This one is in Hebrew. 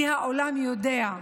כי העולם יודע,